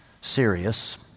serious